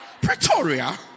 Pretoria